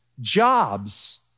jobs